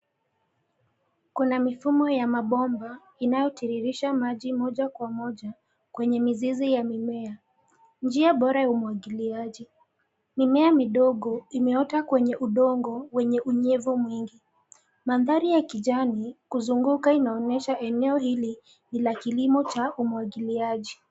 Kuna mifumo ya mabomba inayotiririsha maji moja kwa moja kwenye mizizi ya mimea, njia bora ya umwagiliaji. Mimea midogo imeota kwenye udongo wenye unyevu mwingi. Mandhari ya kijani kuzunguka inaonyesha eneo hili ni la kilimo cha umwagiliaji.